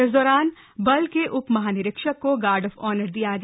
इस दौरान बल के उप महानिरीक्षक को गार्ड ऑफ ऑनर दिया गया